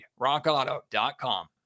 rockauto.com